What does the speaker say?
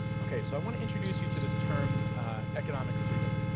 okay, so i wanna introduce you to this term economic freedom.